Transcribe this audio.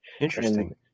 Interesting